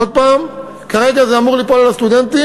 עוד פעם, כרגע זה אמור ליפול על הסטודנטים.